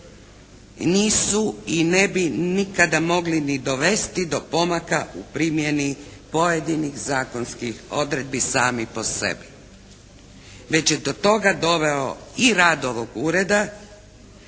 nisu i ne bi nikada mogli ni dovesti do pomaka u primjeni pojedinih zakonskih odredbi sami po sebi. Već je do toga doveo i rad ovog Ureda,